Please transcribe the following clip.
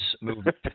movement